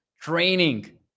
training